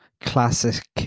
Classic